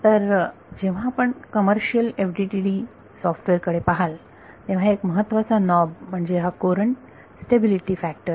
तर जेव्हा आपण कमर्शियल FDTD सॉफ्टवेअर कडे पहाल तेव्हा एक महत्वाचा नॉब म्हणजे हा कुरंट स्टेबिलिटी फॅक्टर